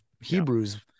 Hebrews